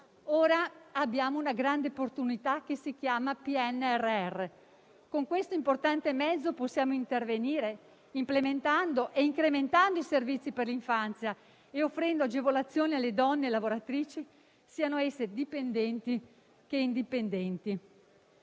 chiama Piano nazionale di ripresa e resilienza (PNRR); con questo importante mezzo possiamo intervenire implementando, incrementando i servizi per l'infanzia e offrendo agevolazioni alle donne lavoratrici, siano esse dipendenti o indipendenti.